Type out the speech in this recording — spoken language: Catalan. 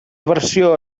versió